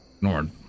Nord